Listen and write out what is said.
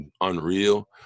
unreal